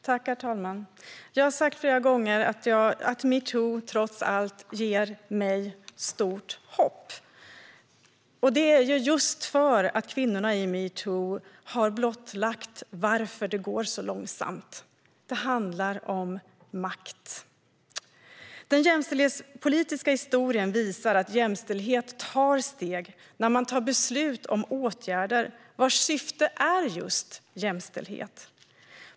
Herr talman! Jag har flera gånger sagt att metoo trots allt ger mig stort hopp. Det är just för att kvinnorna i metoo har blottlagt varför det går så långsamt. Det handlar om makt. Den jämställdhetspolitiska historien visar att jämställdhet tar steg när beslut fattas om åtgärder vars syfte är just jämställdhet.